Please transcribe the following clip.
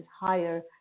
higher